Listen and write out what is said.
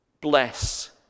Bless